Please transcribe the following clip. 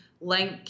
link